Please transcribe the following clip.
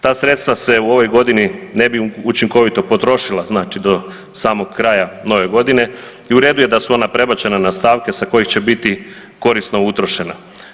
Ta sredstva se u ovoj godine ne bi učinkovito potrošila, znači, do samog kraja nove godine i u redu je da su ona prebačena na stavke sa kojih će biti korisno utrošena.